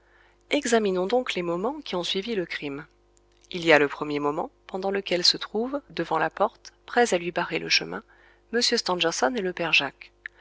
examinons donc les moments qui ont suivi le crime il y a le premier moment pendant lequel se trouvent devant la porte prêts à lui barrer le chemin m stangerson et le père jacques